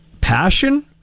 passion